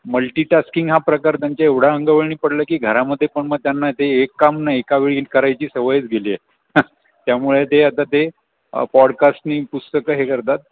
multitasking हा प्रकार त्यांच्या एवढा अंगवळणी पडला की घरामध्ये पण मग त्यांना ते एक काम नाही एका वेळी एक करायची सवयच गेली आहे त्यामुळे ते आता ते पॉडकास्टने पुस्तकं हे करतात